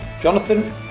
Jonathan